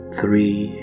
three